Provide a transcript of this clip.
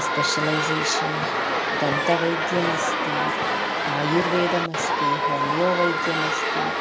specialisation दन्तवैद्यमस्ति आयुर्वेदमस्ति homeo वैद्यमस्ति